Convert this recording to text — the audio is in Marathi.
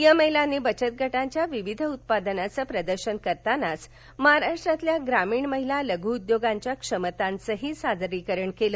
या महिलांनी बचतगटांच्या विविध उत्पादनांचे प्रदर्शन करतानाच महाराष्ट्रातील ग्रामीण महिला लघ्उद्योगांच्या क्षमतांचेही यावेळी सादरीकरण केले